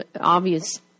obvious